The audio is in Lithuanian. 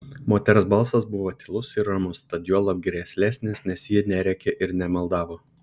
moters balsas buvo tylus ir ramus tad juolab grėslesnis nes ji nerėkė ir nemaldavo